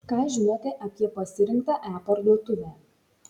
ką žinote apie pasirinktą e parduotuvę